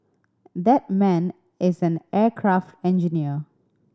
that man is an aircraft engineer